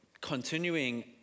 continuing